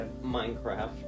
Minecraft